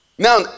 Now